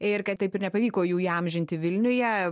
ir kad taip ir nepavyko jų įamžinti vilniuje